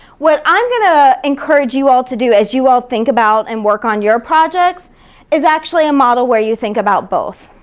what i'm gonna encourage you all to do as you all think about and work on your projects is actually a model where you think about both.